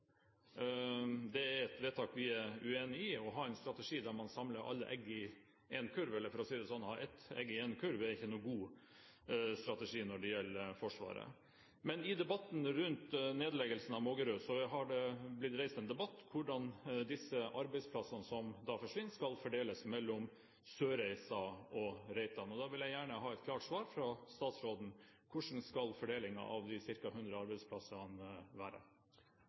Det er et vedtak vi er uenig i. Å ha en strategi der man samler alle egg i én kurv – eller for å si det slik, å ha ett egg i én kurv – er ikke en god strategi når det gjelder Forsvaret. Men i debatten om nedleggelsen av Mågerø har det blitt reist en debatt om hvordan arbeidsplassene som forsvinner, skal fordeles mellom Sørreisa og Reitan. Jeg vil gjerne ha et klart svar fra statsråden: Hvordan skal fordelingen av de ca. 100 arbeidsplassene være?